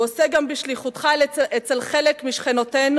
הוא עושה גם בשליחותך אצל חלק משכנותינו,